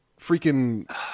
freaking